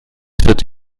wird